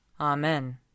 Amen